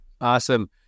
Awesome